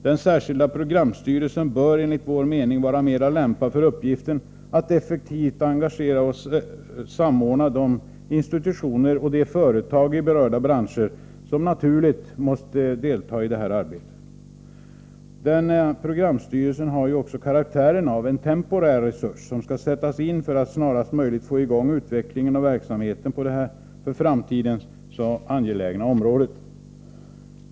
Den särskilda programstyrelsen bör enligt vår mening vara mera lämpad för uppgiften att effektivt engagera och samordna de institutioner och företag i berörda branscher som naturligt måste delta i detta arbete. Denna programstyrelse har också karaktären av temporär resurs, som skall sättas in för att snarast möjligt får till stånd utveckling och verksamhet på detta för framtiden så angelägna område.